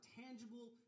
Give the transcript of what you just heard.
tangible